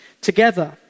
together